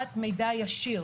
העברת מידע ישיר.